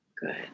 Good